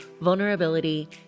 vulnerability